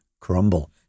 crumble